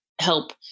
help